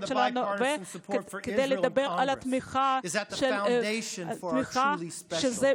שלנו ולתקף את התמיכה בישראל מצד שתי המפלגות בקונגרס,